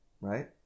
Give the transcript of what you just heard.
Right